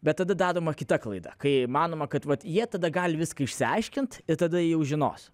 bet tada daroma kita klaida kai manoma kad vat jie tada gali viską išsiaiškint ir tada jau žinos